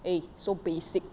eh so basic